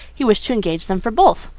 he wished to engage them for both.